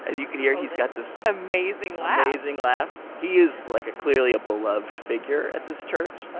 and you can hear he's got this. amazing laugh. amazing laugh. he is, like, ah clearly a beloved figure at this church ah